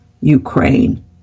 Ukraine